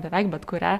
beveik bet kurią